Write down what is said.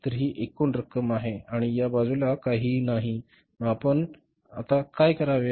तर ही एकूण रक्कम आहे आणि या बाजूला काहीही नाही मग आपण आता काय करावे